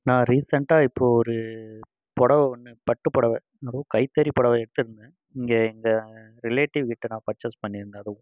நான் ரீசன்டா இப்போது ஒரு புடவ ஒன்று பட்டு புடவ அதுவும் கைத்தறி புடவ எடுத்துருந்தேன் இங்கே எங்கள் ரிலேட்டிவ் கிட்டதான் பர்ச்சேஸ் பண்ணியிருந்தேன் அது